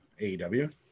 AEW